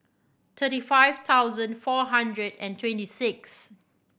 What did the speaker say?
thirty five thousand four hundred and twenty six